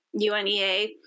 UNEA